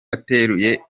ateruye